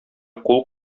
кул